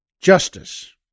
Justice